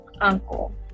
uncle